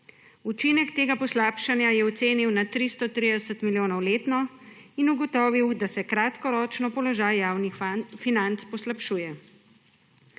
Učinek tega poslabšanja je ocenil na 330 milijonov letno in ugotovil, da se kratkoročno položaj javnih financ poslabšuje.